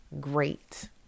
great